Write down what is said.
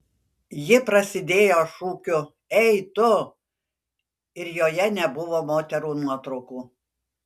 ji prasidėjo šūkiu ei tu ir joje nebuvo moterų nuotraukų